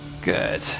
Good